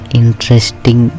interesting